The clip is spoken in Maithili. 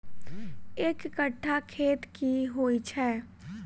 एक कट्ठा खेत की होइ छै?